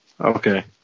Okay